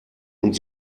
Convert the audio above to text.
und